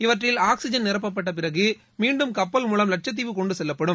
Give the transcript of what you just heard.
இவற்றில் ஆக்ஸிஜன் நிரப்பப்பட்ட பிறகு மீண்டும் கப்பல் மூலம் லட்சத்தீவு கொண்டு செல்லப்படும்